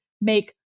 make